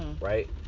right